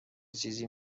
چیزی